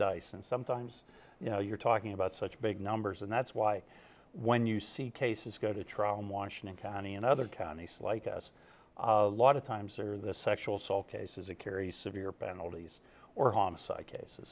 dice and sometimes you know you're talking about such big numbers and that's why when you see cases go to trial in washington county and other counties like us a lot of times are the sexual assault cases it carries severe penalties or homicide case